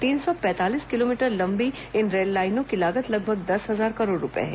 तीन सौ पैंतालीस किलोमीटर लम्बी इन रेललाइनों की लागत लगभग दस हजार करोड़ रूपये है